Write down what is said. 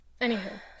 Anywho